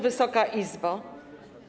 Wysoka Izbo!